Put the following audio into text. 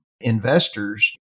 investors